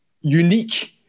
unique